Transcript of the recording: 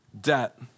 Debt